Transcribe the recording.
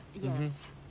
Yes